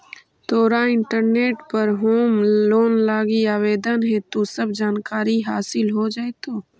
तोरा इंटरनेट पर home loan लागी आवेदन हेतु सब जानकारी हासिल हो जाएतो